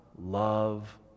love